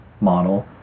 model